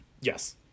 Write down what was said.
Yes